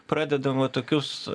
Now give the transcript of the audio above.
pradedam va tokius